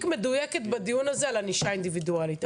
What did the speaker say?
מדויקת בדיון הזה על ענישה אינדיבידואלית,